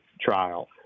trial